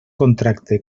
contracte